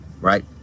right